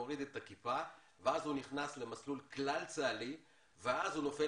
הוריד את הכיפה וכשהוא נכנס למסלול כלל-צה"לי הוא נופל